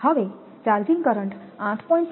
હવે charging current 8